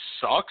sucks